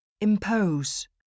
Impose